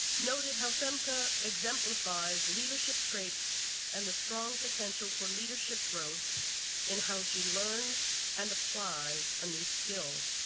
noted how femca exemplifies leadership traits and the strong potential for leadership growth in how she learns and applies a new skill,